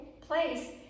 place